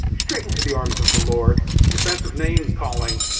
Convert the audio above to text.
straight into the arms of the lord the offensive name calling.